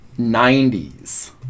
90s